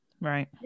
right